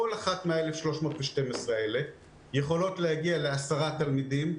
כל אחת מ-1,312 התשובות יכולות להגיע ל-10 תלמידים,